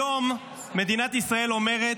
היום מדינת ישראל אומרת: